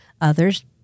Others